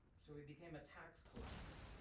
so he became a tax collector.